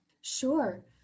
Sure